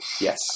yes